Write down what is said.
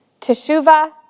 Teshuvah